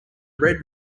red